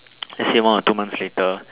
let's say one or two months later